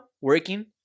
working